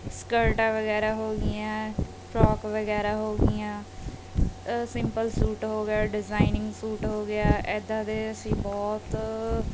ਸਕਰਟਾਂ ਵਗੈਰਾ ਹੋ ਗਈਆਂ ਫਰੋਕ ਵਗੈਰਾ ਹੋ ਗਈਆਂ ਸਿੰਪਲ ਸੂਟ ਹੋ ਗਿਆ ਡਿਜ਼ਾਇਨਿੰਗ ਸੂਟ ਹੋ ਗਿਆ ਇੱਦਾਂ ਦੇ ਅਸੀਂ ਬਹੁਤ